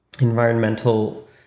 environmental